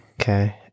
Okay